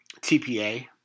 TPA